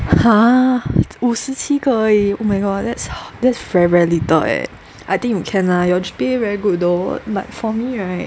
!huh! 五十七个而已 oh my god that's that's very very little leh I think you can lah your G_P_A very good though like for me right